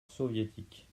soviétique